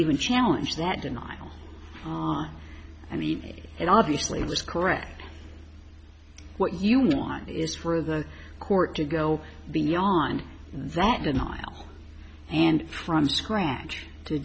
even challenge that denial and eat it and obviously it was correct what you want is for the court to go beyond that denial and from scratch to